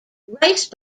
rice